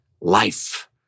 life